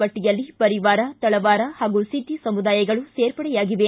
ಪಟ್ಟಿಯಲ್ಲಿ ಪರಿವಾರ ತಳವಾರ ಹಾಗೂ ಸಿದ್ದಿ ಸಮುದಾಯಗಳು ಸೇರ್ಪಡೆಯಾಗಿವೆ